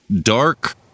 Dark